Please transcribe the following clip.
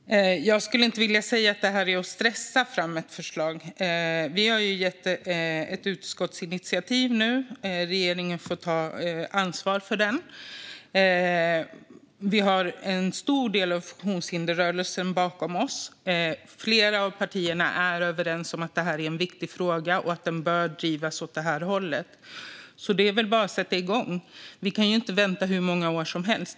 Fru talman! Jag skulle inte vilja säga att det är att stressa fram ett förslag. Vi har nu gjort ett utskottsinitiativ. Regeringen får ta ansvar för det. Vi har en stor del av funktionshindersrörelsen bakom oss. Flera av partierna är överens om att det här är en viktig fråga och att den bör drivas åt det här hållet. Det är väl bara att sätta igång. Vi kan inte vänta hur många år som helst.